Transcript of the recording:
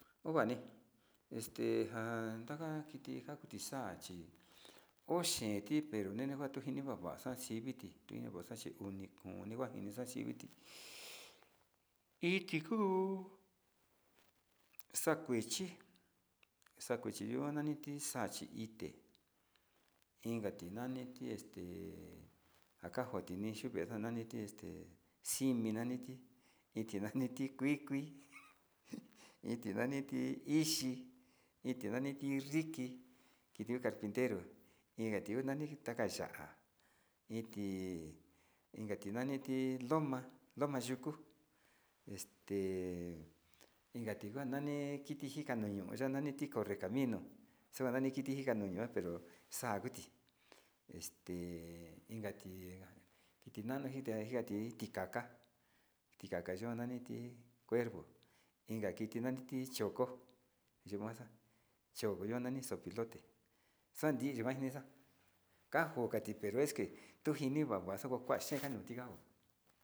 Ja ntaka kiti kaku saa chi iyo xe in kuechi ka te iyo ntaka jana´anu o ntaka simi kuikui in tii nani ixi inka tii iki ya’a loma yuku inka tii nani cho´oko kajokatii nani ku ja tujínada nasa kanani tii.